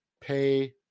pay